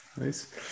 nice